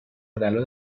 modello